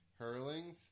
Hurlings